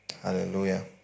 Hallelujah